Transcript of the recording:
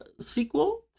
sequel